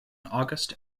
august